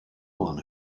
one